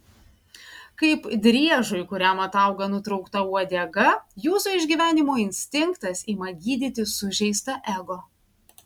kaip driežui kuriam atauga nutraukta uodega jūsų išgyvenimo instinktas ima gydyti sužeistą ego